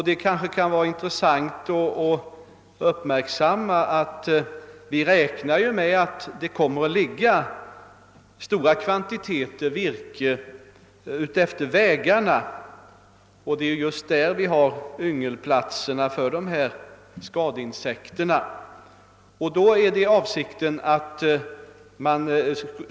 Det kan vara intressant att uppmärksamma att vi räknar med att stora kvantiteter virke kommer att ligga utefter vägarna, och det är just där yngelplatserna för dessa skadeinsekter finns.